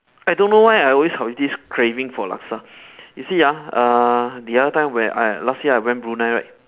I don't know why I always have this craving for laksa you see ah uh the other time where I last year I went brunei right